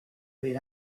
been